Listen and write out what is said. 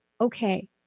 okay